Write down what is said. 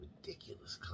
ridiculous